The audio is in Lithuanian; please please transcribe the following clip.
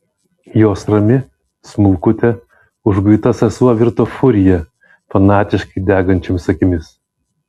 jos rami smulkutė užguita sesuo virto furija fanatiškai degančiomis akimis